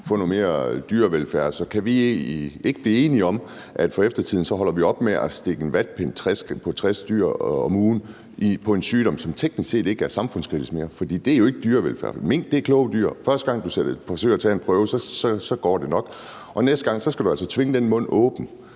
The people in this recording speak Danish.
noget mere dyrevelfærd. Så kan vi ikke blive enige om, at vi for eftertiden holder op med at stikke en vatpind på 60 dyr om ugen for en sygdom, som teknisk set ikke er samfundskritisk mere? For det er jo ikke dyrevelfærd. Mink er kloge dyr; første gang du forsøger at tage en prøve, går det nok, men næste gang skal du altså tvinge dens mund åben.